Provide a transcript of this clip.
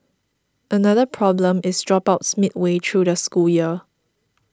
another problem is dropouts midway through the school year